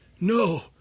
No